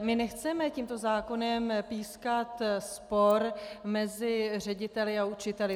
My nechceme tímto zákonem pískat spor mezi řediteli a učiteli.